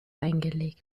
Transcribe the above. eingelegt